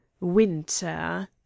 winter